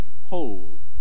whole